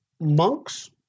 monks